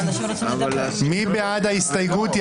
מי בעד ההסתייגות?